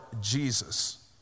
Jesus